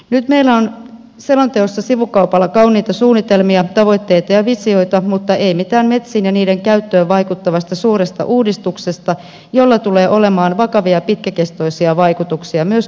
nyt meillä on selonteossa sivukaupalla kauniita suunnitelmia tavoitteita ja visioita mutta ei mitään metsiin ja niiden käyttöön vaikuttavasta suuresta uudistuksesta jolla tulee olemaan vakavia pitkäkestoisia vaikutuksia myös työllisyyteen